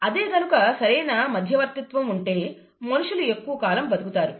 అదే గనక సరైన మధ్యవర్తిత్వం ఉంటే మనుషులు ఎక్కువ కాలం బ్రతుకుతారు